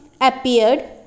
appeared